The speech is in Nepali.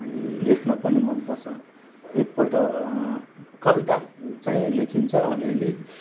अनि लेख्न पनि मनपर्छ एकपल्ट कविता चाहिँ लेखिन्छ अलिअलि